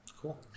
Cool